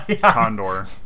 Condor